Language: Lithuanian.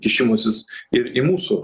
kišimasis ir į mūsų